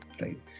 right